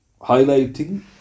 highlighting